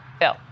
Bill